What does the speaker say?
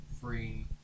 free